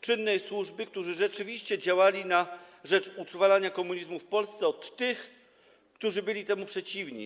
czynnej służby, którzy rzeczywiście działali na rzecz usuwania komunizmu w Polsce, od tych, którzy byli temu przeciwni.